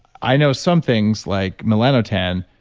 i know some things like melanotan,